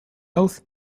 oath